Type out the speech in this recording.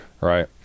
right